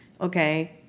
okay